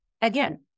again